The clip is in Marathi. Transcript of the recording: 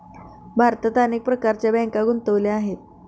भारतात अनेक प्रकारच्या बँका गुंतलेल्या आहेत